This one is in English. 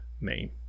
name